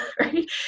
right